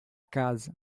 casa